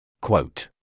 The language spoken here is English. Quote